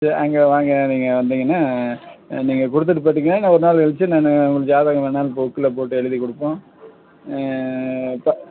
சரி அங்கே வாங்க நீங்கள் வந்தீங்கன்னால் ஆ நீங்கள் கொடுத்துட்டு போய்விட்டீங்கன்னா இல்லை ஒரு நாள் கழிச்சு நான் உங்களுக்கு ஜாதகம் வேண்ணாலும் புக்கில் போட்டு எழுதி கொடுப்போம் இப்போ